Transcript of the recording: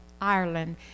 Ireland